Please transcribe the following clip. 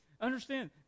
Understand